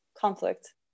conflict